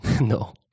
No